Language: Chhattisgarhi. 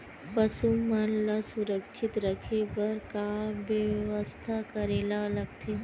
पशु मन ल सुरक्षित रखे बर का बेवस्था करेला लगथे?